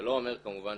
זה לא אומר, כמובן,